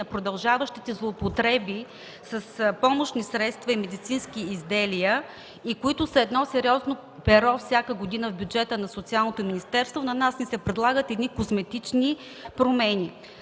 на продължаващите злоупотреби с помощни средства и медицински изделия, които представляват сериозно перо всяка година в бюджета на Социалното министерство, на нас ни се предлагат козметични промени.